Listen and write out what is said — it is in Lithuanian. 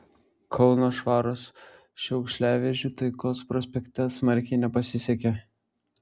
kauno švaros šiukšliavežiui taikos prospekte smarkiai nepasisekė